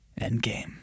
Endgame